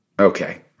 Okay